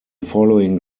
following